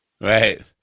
Right